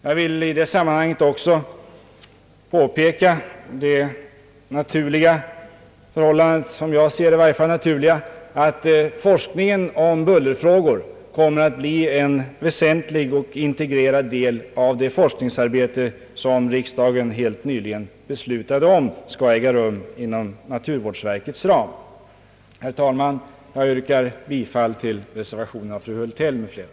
Jag vill i detta sammanhang också påpeka det enligt min mening naturliga förhållandet att forskningen om bullerfrågor kommer att bli en väsentlig och integrerad del av det forskningsarbete inom naturvården som riksdagen helt nyligen beslutade om skulle förläggas till en forskningsenhet inom naturvårdsverkets ram. Herr talman! Jag ber att få yrka bifall till reservationen av fru Hultell m.fl.